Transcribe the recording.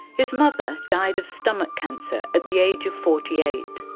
his mother died of stomach cancer at the age of forty eight.